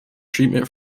treatment